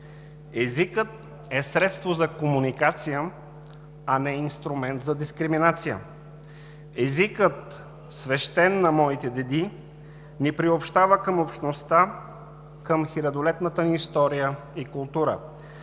езикът е средство за комуникация, а не инструмент за дискриминация. Езикът – свещен на моите деди, ни приобщава към общността, към хилядолетната ни история и култура.